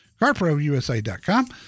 carprousa.com